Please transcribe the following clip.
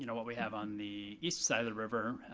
you know what we have on the east side of the river,